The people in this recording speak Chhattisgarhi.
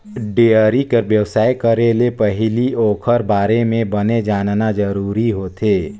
डेयरी कर बेवसाय करे ले पहिली ओखर बारे म बने जानना जरूरी होथे